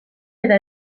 eta